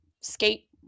skate